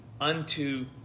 unto